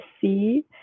see